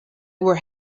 were